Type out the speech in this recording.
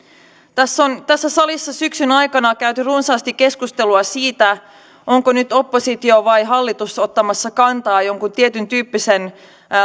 tässä salissa on syksyn aikana käyty runsaasti keskustelua siitä onko nyt oppositio vai hallitus ottamassa kantaa jonkun tietyntyyppisen